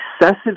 excessive